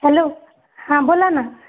hello हां बोला ना